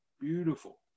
Beautiful